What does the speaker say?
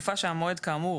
בתקופה שמהמועד כאמור